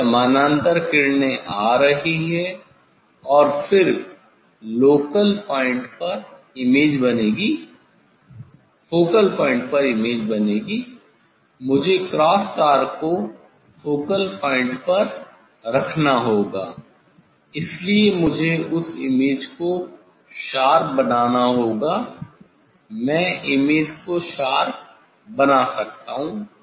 ये समानांतर किरणें आ रही हैं और फिर फिर फोकल पॉइंट पर इमेज बनेगी मुझे क्रॉस तार को फोकल पॉइंट पर रखना होगा इसलिए मुझे उस इमेज को शार्प बनाना होगा मैं इमेज को शार्प बना सकता हूं